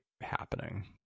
happening